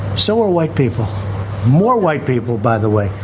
so are white people more white people, by the way?